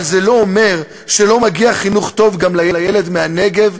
אבל זה לא אומר שלא מגיע חינוך טוב גם לילד מהנגב,